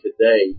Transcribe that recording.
today